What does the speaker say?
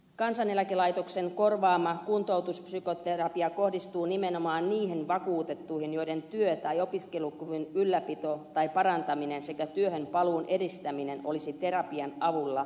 kansaneläkelaitoksen korvaama kuntoutuspsykoterapia kohdistuu nimenomaan niihin vakuutettuihin joiden työ tai opiskelukyvyn ylläpito tai parantaminen sekä työhön paluun edistäminen olisi terapian avulla mahdollista